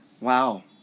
Wow